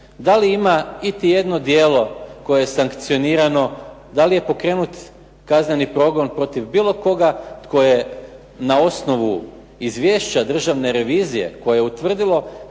Da li ima iti jedno djelo koje je sankcionirano? Da li je pokrenut kazneni progon protiv bilo koga tko je na osnovu izvješća Državne revizije koje je utvrdilo